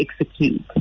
execute